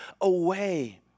away